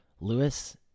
Lewis